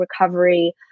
recovery